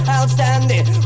Outstanding